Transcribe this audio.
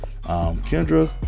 Kendra